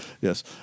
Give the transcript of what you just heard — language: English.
Yes